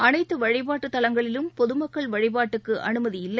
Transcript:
அனைத்து வழிபாட்டுத் தலங்களிலும் பொது மக்கள் வழிபாட்டுக்கு அனுமதியில்லை